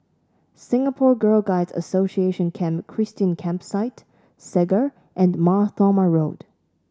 Singapore Girl Guides Association Camp Christine Campsite Segar and Mar Thoma Road